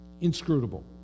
inscrutable